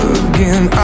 again